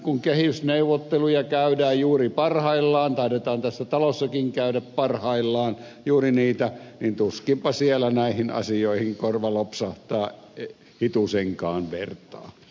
kun kehysneuvotteluja käydään juuri parhaillaan taidetaan tässä talossakin käydä parhaillaan juuri niitä niin tuskinpa siellä näihin asioihin korva lopsahtaa hitusenkaan vertaa